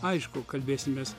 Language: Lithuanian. aišku kalbėsimės